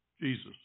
Jesus